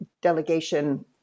delegation